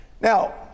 Now